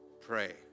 pray